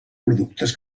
productes